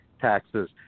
taxes